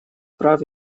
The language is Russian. прав